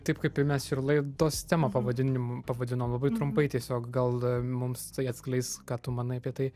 taip kaip ir mes ir laidos temą pavadinim pavadinom labai trumpai tiesiog gal mums tai atskleis ką tu manai apie tai